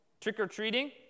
trick-or-treating